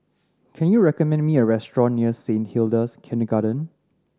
can you recommend me a restaurant near Saint Hilda's Kindergarten